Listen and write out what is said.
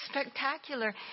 spectacular